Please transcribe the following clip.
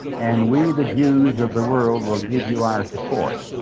and we, the jews of the world, will give you our support.